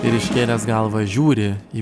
ir iškėlęs galvą žiūri į